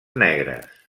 negres